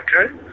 Okay